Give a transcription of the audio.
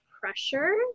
pressure